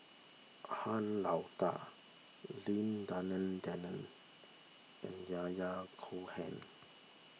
Han Lao Da Lim Denan Denon and Yahya Cohen